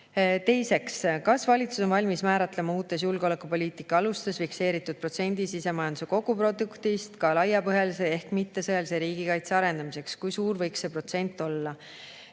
Teiseks: "Kas valitsus on valmis määratlema uutes julgeolekupoliitika alustes fikseeritud protsendisisemajanduse koguproduktist ka laiapõhjalise ehk mittesõjalise riigikaitse arendamiseks? Kui suur võiks see protsent [olla]?"